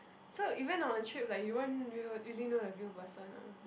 so even on a trip like you won't knew really knew the real person lah